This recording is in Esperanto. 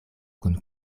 kun